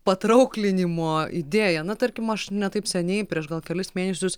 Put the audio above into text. patrauklinimo idėja na tarkim aš ne taip seniai prieš gal kelis mėnesius